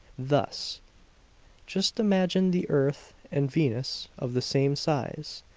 thus just imagine the earth and venus of the same size,